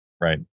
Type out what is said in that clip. Right